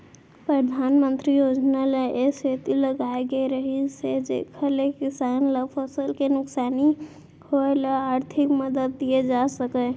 परधानमंतरी योजना ल ए सेती लाए गए रहिस हे जेकर ले किसान ल फसल के नुकसानी होय ले आरथिक मदद दिये जा सकय